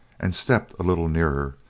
and stepped a little nearer,